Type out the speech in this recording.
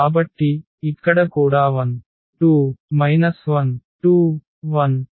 కాబట్టి ఇక్కడ కూడా 12 12 0